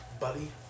buddy